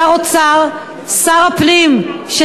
לשר הפנים,